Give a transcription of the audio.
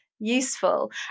useful